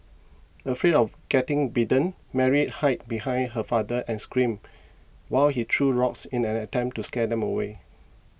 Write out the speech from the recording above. afraid of getting bitten Mary hid behind her father and screamed while he threw rocks in an attempt to scare them away